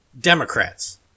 Democrats